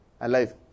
alive